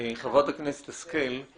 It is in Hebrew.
חברת הכנסת השכל,